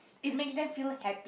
it makes them feel happy